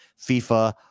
FIFA